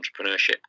entrepreneurship